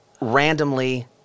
randomly